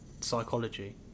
psychology